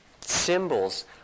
symbols